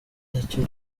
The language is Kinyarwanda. nicyo